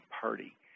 party